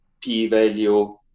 p-value